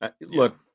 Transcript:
Look